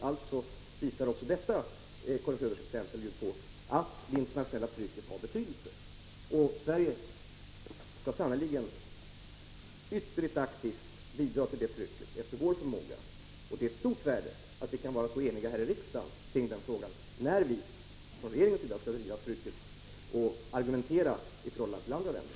Också detta visar alltså — jag håller helt med Karin Söder om det - att det internationella trycket har betydelse. Och Sverige skall sannerligen ytterligt aktivt bidra till det trycket efter bästa förmåga. Det är av stort värde att vi kan vara så eniga här i riksdagen kring den frågan, när vi från regeringens sida skall öka trycket och argumentera i förhållande till andra länder.